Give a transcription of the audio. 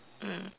mm